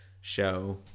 show